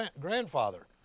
grandfather